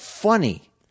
funny